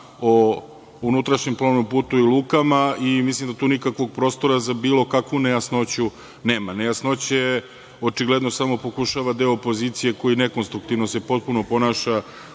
o unutrašnjem plovnom putu i lukama i mislim da tu nikakvog prostora za bilo kakvu nejasnoću nema. Nejasnoće očigledno samo pokušava deo opozicije, koji se potpuno nekonstruktivno ponaša